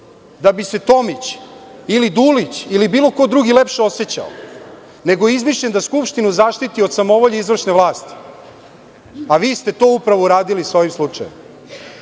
da bi se Tomić ili Dulić ili bilo ko lepše osećao, nego je izmišljen da Skupštinu zaštiti od samovolje izvršne vlasti, a vi ste to upravo uradili sa ovim slučajem.